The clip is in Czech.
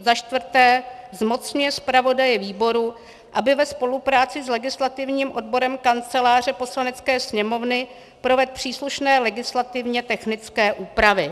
Za čtvrté zmocňuje zpravodaje výboru, aby ve spolupráci s legislativním odborem Kanceláře Poslanecké sněmovny provedl příslušné legislativně technické úpravy.